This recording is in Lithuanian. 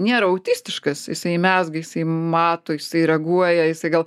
nėra autistiškas jisai mezga jisai mato jisai reaguoja jisai gal